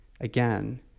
again